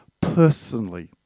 personally